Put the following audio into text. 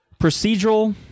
procedural